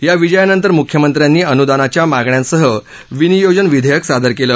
या विजयानंतर मुख्यमंत्र्यांनी अनुदानाच्या मागण्यांसह विनियोजन विधेयक सादर केलं